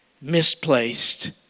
misplaced